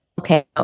okay